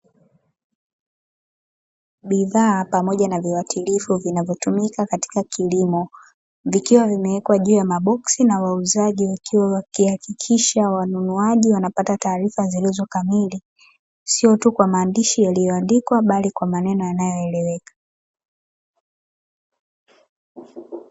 Bidhaa, pamoja na viwatilifu vinavyotumika katika kilimo, vikiwa vimewekwa juu ya maboksi, na wauzaji wakiwa wakihakikisha wanunuaji wanapata taarifa zilizo kamili, siyo tu kwa maandishi yaliyoandikwa, bali kwa maneno yaliyoeleweka.